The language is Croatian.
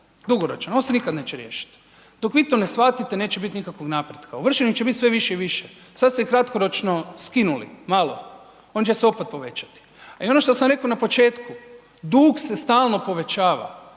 dugoročan, ovo se nikad neće riješiti, dok vi to ne shvatite neće bit nikakvog napretka, ovršenih će biti sve više i više, sad ste kratkoročno skinuli malo, oni će se opet povećati. A i ono što sam rekao na početku, dug se stalno povećava,